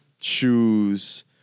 shoes